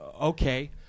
okay